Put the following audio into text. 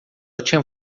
tinha